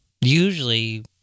Usually